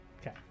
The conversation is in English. Okay